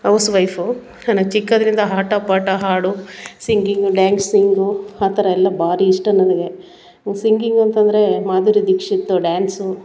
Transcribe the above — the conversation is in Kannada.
ಔಸ್ ವೈಫು ನನ್ನ ಚಿಕ್ಕದ್ರಿಂದ ಆಟ ಪಾಟ ಹಾಡು ಸಿಂಗಿಂಗು ಡ್ಯಾನ್ಸಿಂಗು ಆ ಥರ ಎಲ್ಲ ಭಾರಿ ಇಷ್ಟ ನನಗೆ ಸಿಂಗಿಂಗು ಅಂತಂದರೆ ಮಾಧುರಿ ದೀಕ್ಷಿತ್ ಡ್ಯಾನ್ಸು